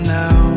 now